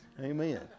Amen